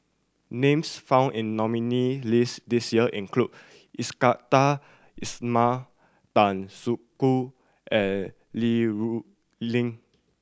names found in the nominees' list this year include Iskandar Ismail Tan Soo Khoon and Li Rulin